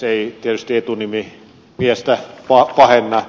ei tietysti etunimi miestä pahenna